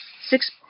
six